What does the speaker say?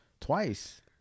Twice